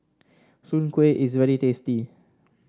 Soon Kway is very tasty